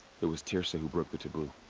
it was teersa who broke the taboo.